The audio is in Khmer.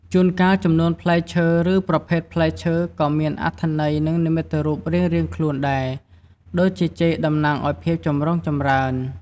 ជួនកាលចំនួនផ្លែឈើ ឬប្រភេទផ្លែឈើក៏មានអត្ថន័យនិងនិមិត្តរូបរៀងៗខ្លួនដែរ ដូចជាចេកតំណាងឱ្យភាពចម្រុងចម្រើន។